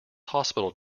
hospital